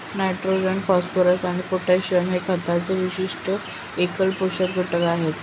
nitrogen, phosphorus आणि potassium हे खताचे विशेष एकल पोषक घटक आहेत